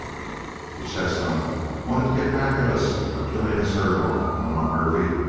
the chestnut wanted to get back at us for killing his herd off, went on hervey.